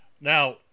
now